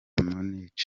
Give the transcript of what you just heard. munich